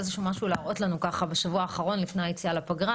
איזשהו משהו להראות לנו ככה בשבוע האחרון לפני היציאה לפגרה